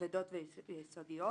כבדות ויסודיות,